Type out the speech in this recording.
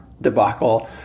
debacle